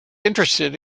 interested